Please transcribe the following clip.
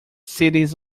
cities